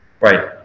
right